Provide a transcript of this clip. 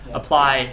apply